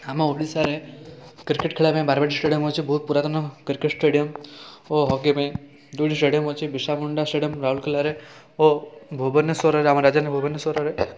ଆମ ଓଡ଼ିଶାରେ କ୍ରିକେଟ୍ ଖେଳିବା ପାଇଁ ବାରବାଟି ଷ୍ଟାଡିୟମ୍ ଅଛି ବହୁତ ପୁରାତନ କ୍ରିକେଟ୍ ଷ୍ଟାଡିୟମ୍ ଓ ହକି ପାଇଁ ଦୁଇଟି ଷ୍ଟାଡିୟମ୍ ଅଛି ବିର୍ସା ମୁଣ୍ଡା ଷ୍ଟାଡିୟମ୍ ରାଉରକେଲାରେ ଓ ଭୁବନେଶ୍ୱରରେ ଆମ ରାଜଧାନୀ ଭୁବନେଶ୍ୱରରେ